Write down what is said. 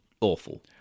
awful